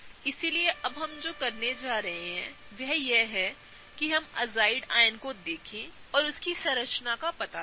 इसलिएअबहमजोकरने जा रहे हैंवह है किहम एजाइड आयन को देखें और उसकी संरचना का पता लगाएं